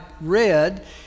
read